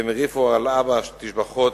והם הרעיפו על אבא תשבחות,